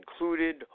included